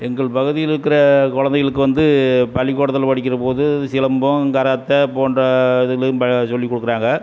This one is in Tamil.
எங்கள் பகுதியில் இருக்கிற குழந்தைகளுக்கு வந்து பள்ளிக்கூடத்தில் படிக்கிற போது சிலம்பம் கராத்தே போன்ற இதுகளையும் இப்போ சொல்லிக்கொடுக்குறாங்க